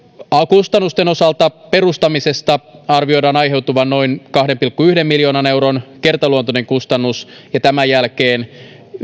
kustannusten osalta perustamisesta arvioidaan aiheutuvan noin kahden pilkku yhden miljoonan euron kertaluontoinen kustannus ja tämän jälkeen